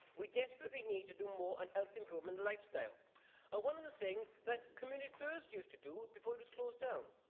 we desperately need to do more on health improvement and lifestyle ah one of the things that communities first used to do before it was closed down.